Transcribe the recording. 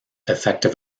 effective